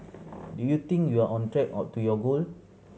do you think you're on track or to your goal